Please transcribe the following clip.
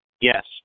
Yes